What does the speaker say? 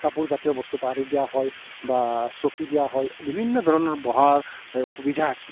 কাপোৰজাতীয় বস্তু পাৰি দিয়া হয় বা চকী দিয়া হয় বিভিন্ন ধৰণৰ বহাৰ সুবিধা আছে